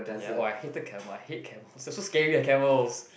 ya !wow! I hated camel I hate camels they are so scary eh camels